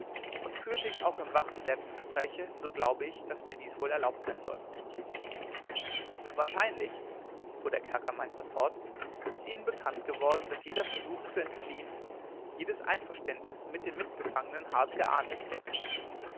und führte ich auch im wachen selbstgespräche so glaube ich daß mir dies wohl erlaubt sein wird wahrscheinlich fuhr der kerkermeister fort ist ihnen bekannt worden daß jeder versuch zu entfliehen jedes einverständnis mit den mitgefangenen hart geahndet wird